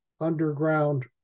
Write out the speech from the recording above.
underground